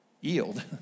yield